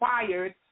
required